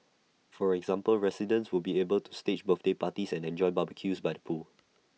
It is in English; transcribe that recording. for example residents will be able to stage birthday parties and enjoy barbecues by the pool